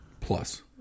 Plus